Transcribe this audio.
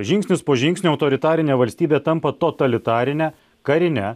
žingsnis po žingsnio autoritarinė valstybė tampa totalitarine karine